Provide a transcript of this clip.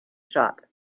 shop